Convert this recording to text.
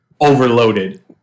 overloaded